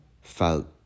felt